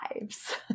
lives